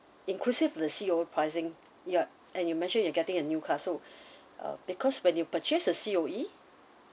inclusive the C_O pricing you're and you mention you're getting a new car so uh because when you purchase a C_O_E